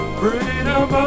freedom